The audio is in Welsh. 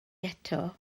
eto